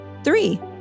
Three